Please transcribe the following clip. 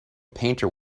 painter